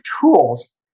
tools